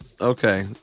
Okay